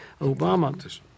Obama